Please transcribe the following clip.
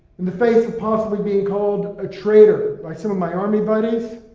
in the face of possibly being called a traitor by some of my army buddies,